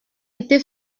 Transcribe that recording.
été